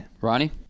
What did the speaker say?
Ronnie